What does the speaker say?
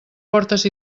portes